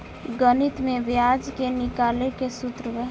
गणित में ब्याज के निकाले के सूत्र बा